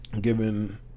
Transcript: given